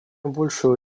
большего